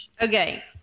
Okay